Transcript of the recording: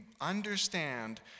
understand